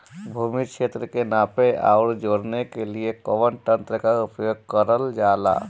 भूमि क्षेत्र के नापे आउर जोड़ने के लिए कवन तंत्र का प्रयोग करल जा ला?